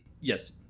Yes